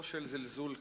או של זלזול כללי.